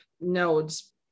nodes